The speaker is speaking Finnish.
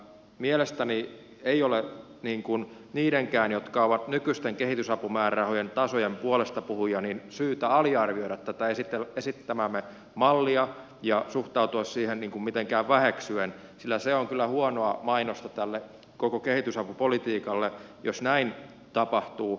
mielestäni ei ole niidenkään jotka ovat nykyisten kehitysapumäärärahojen tasojen puolestapuhujia syytä aliarvioida tätä esittämäämme mallia ja suhtautua siihen mitenkään väheksyen sillä se on kyllä huonoa mainosta tälle koko kehitysapupolitiikalle jos näin tapahtuu